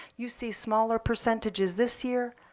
you see smaller percentages this year,